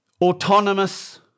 autonomous